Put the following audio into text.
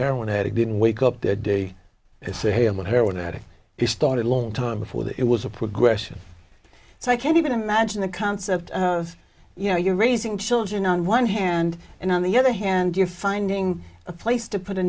heroin addict didn't wake up that day to say hey i'm a heroin addict he started long time before that it was a progression so i can't even imagine the concept of you know you're raising children on one hand and on the other hand you're finding a place to put a